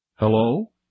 Hello